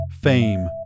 Fame